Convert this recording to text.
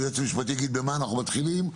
היועץ המשפטי יגיד במה אנחנו מתחילים.